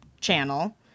Channel